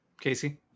Casey